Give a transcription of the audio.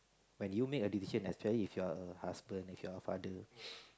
when you make a decision especially if you're a husband if you're a father